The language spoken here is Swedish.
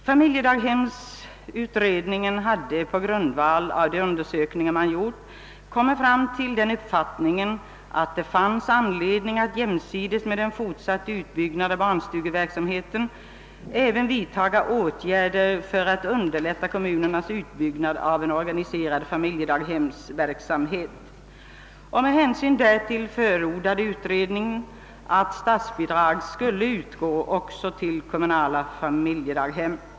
Familjedaghemsutredningen hade på grundval. av de undersökningar man gjort kommit till den uppfattningen att det fanns anledning att jämsides med en fortsatt utbyggnad av barnstugeverksamheten även vidtaga åtgärder för att underlätta kommunernas utbyggnad av en organiserad familjedaghemsverksamhet. Med "hänsyn därtill förordade ' utredningenatt statsbidrag skulle ntgå också till. kommunala familjedaghem.